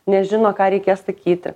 nežino ką reikės sakyti